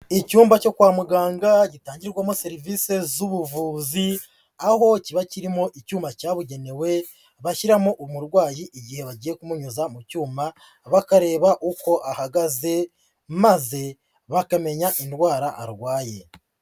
Icyumba cyo kwa muganga gitangirwamo serivisi z'ubuvuzi, aho kiba kirimo icyuma cyabugenewe, bashyiramo umurwayi igihe bagiye kumunyuza mu cyuma, bakareba uko ahagaze, maze bakamenya indwara arwaye.